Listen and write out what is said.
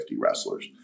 wrestlers